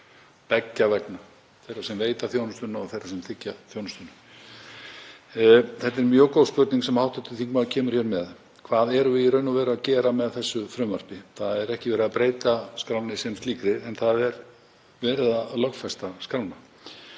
beggja vegna, þeirra sem veita þjónustuna og þeirra sem þiggja þjónustuna. Það er mjög góð spurning sem hv. þingmaður kemur hér með. Hvað erum við í raun og veru að gera með þessu frumvarpi? Það er ekki verið að breyta skránni sem slíkri en það er verið að lögfesta hana.